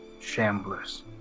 shamblers